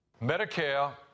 Medicare